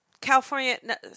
California